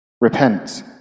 Repent